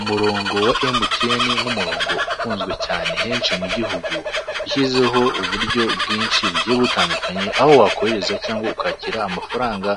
Umurongo wa MTN nk'umurongo ukunzwe cyane henshi mu gihugu, washyizeho uburyo bwinshi bugiye butandukanye, aho wakohereza cyangwa ukakira amafaranga